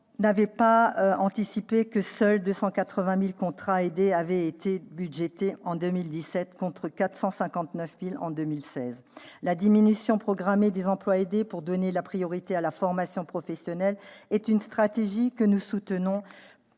n'avaient pas anticipé que seuls 280 000 contrats aidés avaient été budgétés en 2017, contre 459 000 en 2016. La diminution programmée des emplois aidés pour donner la priorité à la formation professionnelle est une stratégie que nous soutenons.